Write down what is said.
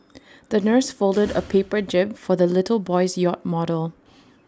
the nurse folded A paper jib for the little boy's yacht model